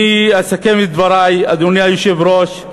אני אסכם את דברי, אדוני היושב-ראש.